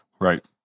Right